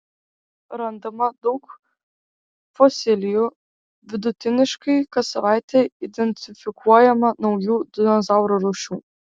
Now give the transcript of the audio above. randama daug fosilijų vidutiniškai kas savaitę identifikuojama naujų dinozaurų rūšių